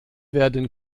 werden